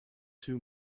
too